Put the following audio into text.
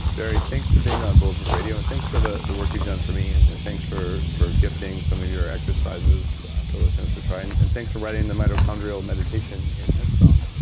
barry, thanks for being on bulletproof radio, and thanks for the the work you've done for me, and and thanks for for gifting some of your exercises for listeners to try, and and thanks for writing the mitochondrial meditation in head strong.